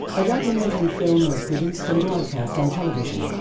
a documentary film was produced and broadcast on television.